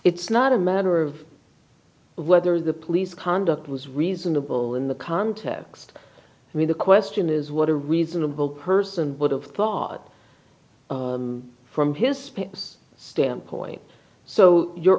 it's not a matter of whether the police conduct was reasonable in the context i mean the question is what a reasonable person would have thought from his standpoint so you're